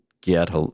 get